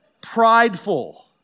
prideful